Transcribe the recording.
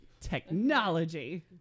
Technology